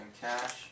cash